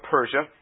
Persia